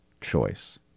choice